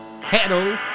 Hello